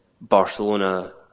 Barcelona